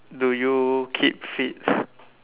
do you keep fit